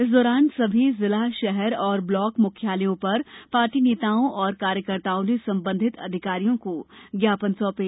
इस दौरान सभी जिला शहर और ब्लाक मुख्यालयों पर पार्टी नेताओं और कार्यकर्ताओं ने संबंधित अधिकारियों को ज्ञापन सौंपे